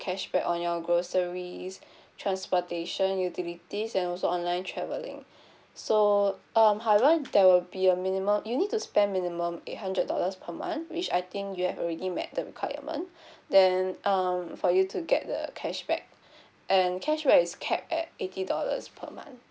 cashback on your groceries transportation utilities and also online travelling so um however there will be a minimum you need to spend minimum eight hundred dollars per month which I think you have already met the requirement then um for you to get the cashback and cashback is capped at eighty dollars per month